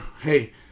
hey